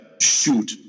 shoot